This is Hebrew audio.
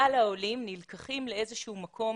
כלל העולים נלקחים לאיזשהו מקום